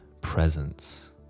presence